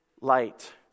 light